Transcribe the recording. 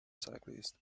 cyclists